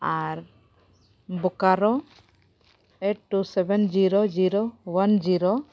ᱟᱨ Bokaro